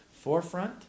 forefront